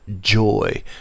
joy